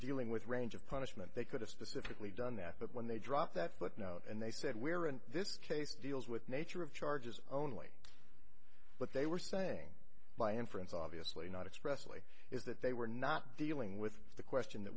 dealing with range of punishment they could have specifically done that but when they dropped that footnote and they said we're in this case deals with nature of charges only but they were saying by inference obviously not expressly is that they were not dealing with the question that